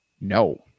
no